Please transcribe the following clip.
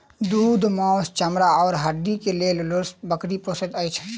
दूध, मौस, चमड़ा आ हड्डीक लेल लोक बकरी पोसैत अछि